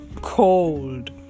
cold